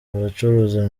abacururiza